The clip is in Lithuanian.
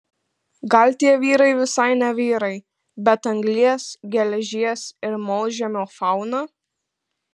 gal tie vyrai visai ne vyrai bet anglies geležies ir molžemio fauna